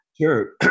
Sure